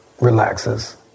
relaxes